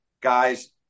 guys